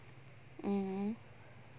mm mm